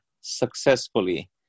successfully